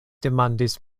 demandis